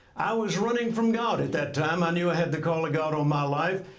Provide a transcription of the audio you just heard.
i was running from god at that time. i knew i had the call of god on my life.